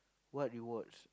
what you watch